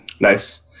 Nice